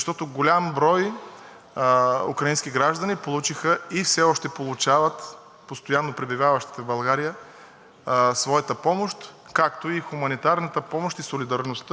своята помощ, както и хуманитарната помощ и солидарността като членове на Европейския съюз, която ние изпращаме на нуждаещите се в тази страна.